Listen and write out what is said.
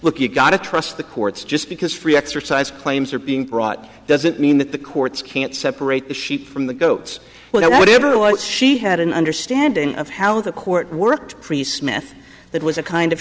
look you gotta trust the courts just because free exercise claims are being brought doesn't mean that the courts can't separate the sheep from the goats well whatever was she had an understanding of how the court worked priests meth that was a kind of